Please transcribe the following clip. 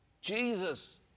Jesus